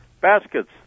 baskets